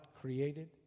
created